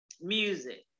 music